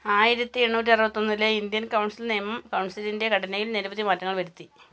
ആയിരത്തി എണ്ണൂറ്റിയറുപത്തിയൊന്നിലെ Indian council നിയമം കൗൺസിലിൻറ്റെ ഘടനയിൽ നിരവധി മാറ്റങ്ങൾ വരുത്തി